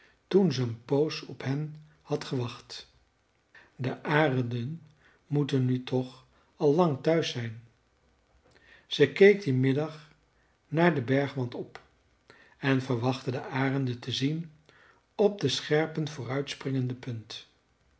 toen ze een poos op hen had gewacht de arenden moeten nu toch al lang thuis zijn ze keek dien middag naar den bergwand op en verwachtte de arenden te zien op de scherpen vooruitspringende punt